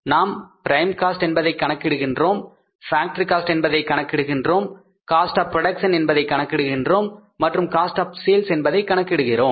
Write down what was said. நாம் prime cost என்பதை கணக்கிடுகிறோம் ஃபேக்டரி காஸ்ட் என்பதை கணக்கிடுகிறோம் காஸ்ட் ஆப் புரோடக்சன் என்பதை கணக்கிடுகிறோம் மற்றும் காஸ்ட் ஆப் சேல்ஸ் என்பதை கணக்கிடுகிறோம்